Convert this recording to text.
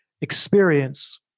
experience